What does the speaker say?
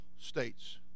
states